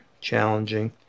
challenging